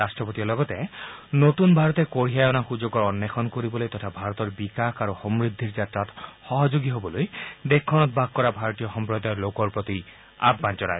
ৰাট্টপতিয়ে লগতে নতুন ভাৰতে কঢ়িয়াই লৈ অনা সুযোগৰ অন্বেষণ কৰিবলৈ তথা ভাৰতৰ বিকাশ আৰু সমূদ্ধিৰ যাত্ৰাত সহযোগী হ'বলৈ দেশখনত বাস কৰা ভাৰতীয় সম্প্ৰদায়ৰ লোকৰ প্ৰতি আহান জনায়